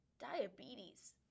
Diabetes